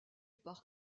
par